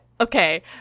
okay